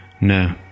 No